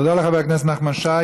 תודה לחבר הכנסת נחמן שי.